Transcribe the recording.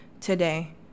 today